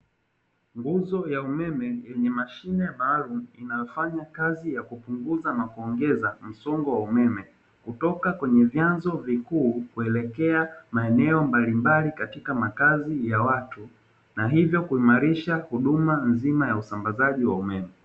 Nguzo ya umeme yenye mashine maalumu, inayofanya kazi ya kupunguza na kuongeza msongo wa umeme, kutoka kwenye vyanzo vikuu, kuelekea maeneo mbalimbali katika makazi ya watu. Na hivyo kuimarisha huduma nzima ya usambazaji wa umeme.